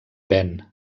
ben